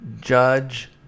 Judge